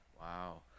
wow